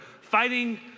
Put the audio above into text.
fighting